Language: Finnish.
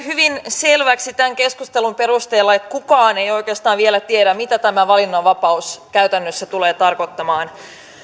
hyvin selväksi tämän keskustelun perusteella että kukaan ei oikeastaan vielä tiedä mitä tämä valinnanvapaus käytännössä tulee tarkoittamaan